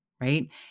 right